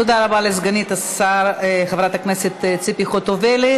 תודה רבה לסגנית השר חברת הכנסת ציפי חוטובלי.